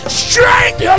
strength